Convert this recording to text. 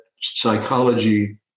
psychology